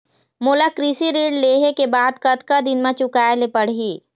मोला कृषि ऋण लेहे के बाद कतका दिन मा चुकाए ले पड़ही?